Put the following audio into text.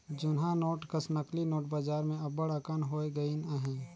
जुनहा नोट कस नकली नोट बजार में अब्बड़ अकन होए गइन अहें